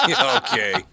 Okay